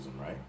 right